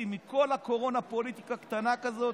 עשיתם מכל הקורונה פוליטיקה קטנה כזאת,